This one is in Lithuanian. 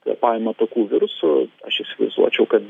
kvėpavimo takų virusų aš įsivaizduočiau kad